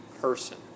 person